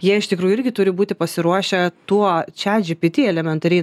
jie iš tikrųjų irgi turi būti pasiruošę tuo chatgpt elementariai